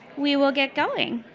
we will get going.